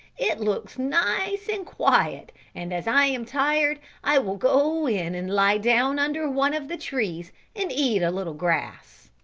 it looks nice and quiet and as i am tired i will go in and lie down under one of the trees and eat a little grass.